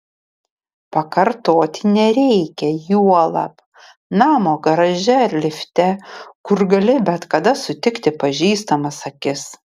pakartoti nereikia juolab namo garaže ar lifte kur gali bet kada sutikti pažįstamas akis